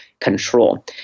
control